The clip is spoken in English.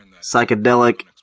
psychedelic